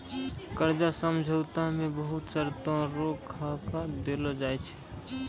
कर्जा समझौता मे बहुत शर्तो रो खाका देलो जाय छै